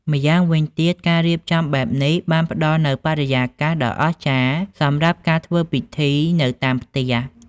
ម្យ៉ាងវិញទៀត ការរៀបចំបែបនេះបានផ្តល់នូវបរិយាកាសដ៏អស្ចារ្យសម្រាប់ការធ្វើពិធីនៅតាមផ្ទះ។